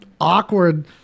awkward